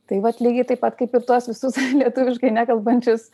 tai vat lygiai taip pat kaip ir tuos visus lietuviškai nekalbančius